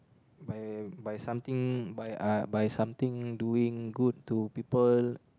by by something by uh by something doing good to people